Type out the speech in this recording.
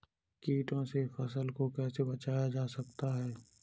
कीटों से फसल को कैसे बचाया जा सकता है?